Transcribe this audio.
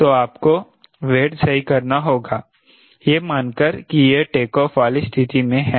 तो आपको वेट सही करना होगा यह मानकर कि यह टेकऑफ़ वाली स्थिति में है